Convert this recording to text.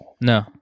No